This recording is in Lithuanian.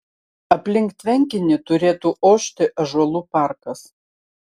aplink tvenkinį turėtų ošti ąžuolų parkas